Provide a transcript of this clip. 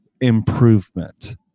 improvement